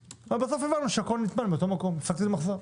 ובסוף הבנו שהכול נטמן באותו מקום אז הפסקתי למחזר.